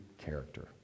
character